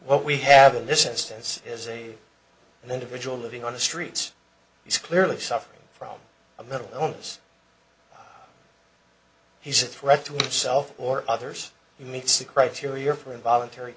what we have in this instance is a individual living on the streets he's clearly suffering from a mental illness he's a threat to himself or others he meets the criteria for involuntary